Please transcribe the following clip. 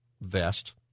vest